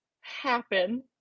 happen